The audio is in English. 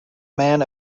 man